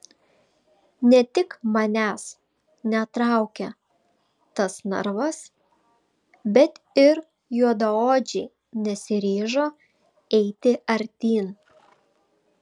ne tik manęs netraukė tas narvas bet ir juodaodžiai nesiryžo eiti artyn